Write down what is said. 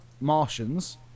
Martians